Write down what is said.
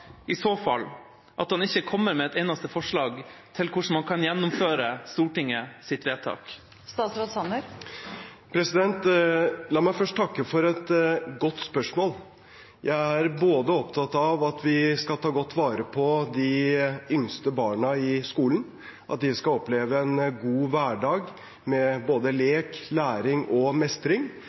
i så fall at han ikke kommer med et eneste forslag til hvordan man kan gjennomføre Stortingets vedtak? La meg først takke for et godt spørsmål. Jeg er opptatt av at vi skal ta godt vare på de yngste barna i skolen – at de skal oppleve en god hverdag, med både lek, læring og mestring